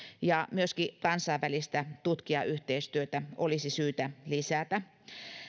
myöskin kansainvälistä tutkijayhteistyötä olisi syytä lisätä